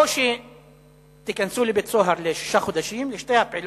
או שתיכנסו לבית-סוהר לשישה חודשים, לשתי הפעילות,